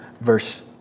verse